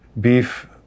beef